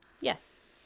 Yes